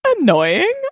annoying